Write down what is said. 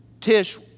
Tish